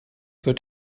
wird